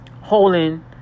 holding